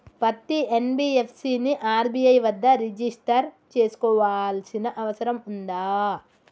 పత్తి ఎన్.బి.ఎఫ్.సి ని ఆర్.బి.ఐ వద్ద రిజిష్టర్ చేసుకోవాల్సిన అవసరం ఉందా?